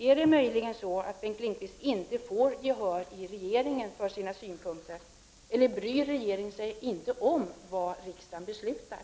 Är det möjligen på det sättet att Bengt Lindqvist inte får gehör för sina synpunkter inom regeringen, eller bryr sig regeringen inte om vad riksdagen beslutar?